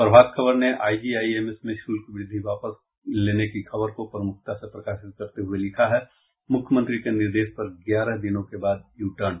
प्रभात खबर ने आईजीआईएमएस में शुल्क वृद्धि वापस की खबर को प्रमुखता से प्रकाशित करते हुए लिखा है मुख्यमंत्री के निर्देश पर ग्यारह दिनों के बाद यू टर्न